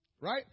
right